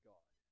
God